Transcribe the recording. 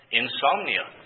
insomnia